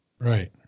Right